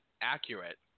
accurate